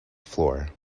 floor